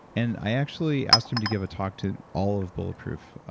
and i actually asked him to give a talk to all of bulletproof,